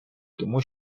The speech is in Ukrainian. тому